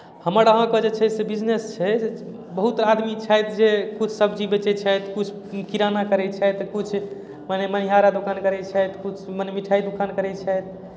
मगर अहाँकेँ छै से बिजनेस छै जे बहुत आदमी छथि से किछु सब्जी बेचैत छथि किछु किराना करैत छथि किछु मने मणिहारा दोकान करैत छथि किछु मने मिठाइ दोकान करैत छथि